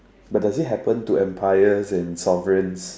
but that it happen to empires and sovereigns